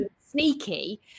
sneaky